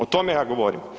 O tome ja govorim.